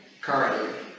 currently